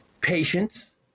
patience